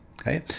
Okay